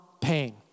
pain